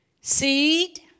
Seed